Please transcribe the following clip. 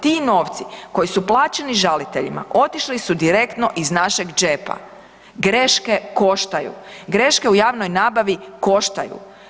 Ti novci koji su plaćeni žaliteljima otišli su direktno iz našeg džepa, greške koštaju, greške u javnoj nabavi koštaju.